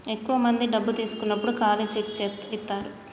ఎక్కువ మంది డబ్బు తీసుకున్నప్పుడు ఖాళీ చెక్ ఇత్తారు